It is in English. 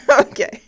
Okay